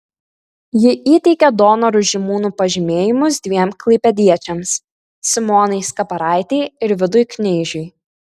ji įteikė donorų žymūnų pažymėjimus dviem klaipėdiečiams simonai skaparaitei ir vidui kneižiui